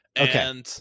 Okay